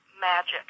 magic